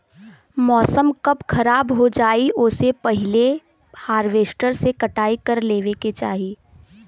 मौसम कब खराब हो जाई ओसे पहिले हॉरवेस्टर से कटाई कर लेवे के चाही